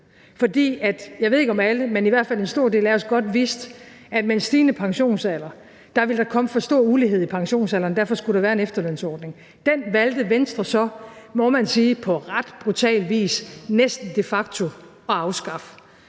fordi om ikke alle, så i hvert fald en stor del af os godt vidste, at med en stigende pensionsalder, ville der komme for stor ulighed i pensionsalderen, og derfor skulle der være en efterlønsordning. Den valgte Venstre så, må man sige, på ret brutal vis de facto næsten at afskaffe.